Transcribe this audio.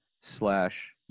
slash